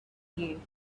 you